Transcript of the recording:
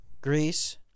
Greece